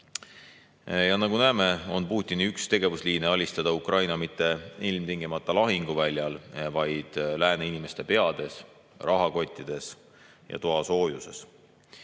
Nagu me näeme, on üks Putini tegevusliine alistada Ukraina mitte ilmtingimata lahinguväljal, vaid lääne inimeste peades, rahakottides ja toasoojuses.